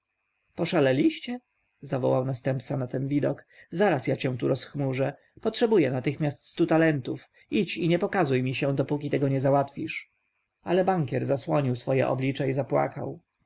czarne pasy poszaleliście zawołał następca na ten widok zaraz ja cię tu rozchmurzę potrzebuję natychmiast stu talentów idź i nie pokazuj mi się dopóki tego nie załatwisz ale bankier zasłonił swoje oblicze i zapłakał